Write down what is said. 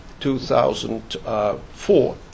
2004